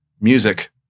music